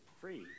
free